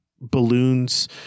balloons